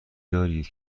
دارید